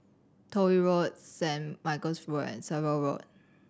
Toh Yi Road Saint Michael's Road and Percival Road